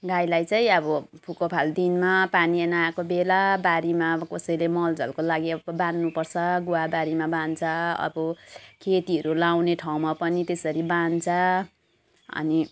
गाईलाई चाहिँ अब फुको फाल दिनमा पानी नआएको बेला बारीमा अब कसैले मलजलको लागि एउटा बाँध्नुपर्छ गुवा बारीमा बान्छ अब खेतीहरू लगाउने ठाउँमा पनि त्यसरी बाँध्छ अनि